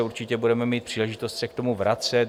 Určitě budeme mít příležitost se k tomu vracet.